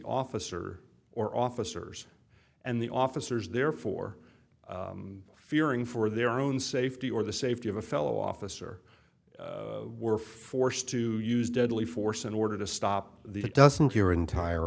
officer or officers and the officers therefore fearing for their own safety or the safety of a fellow officer were forced to use deadly force in order to stop the doesn't your entire